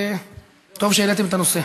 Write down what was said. וטוב שהעליתם את הנושא.